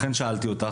לכן שאלתי אותך,